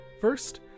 First